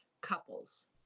couples